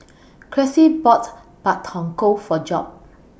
Cressie bought Pak Thong Ko For Job